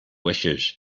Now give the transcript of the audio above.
wishes